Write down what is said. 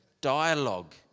dialogue